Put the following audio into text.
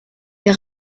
est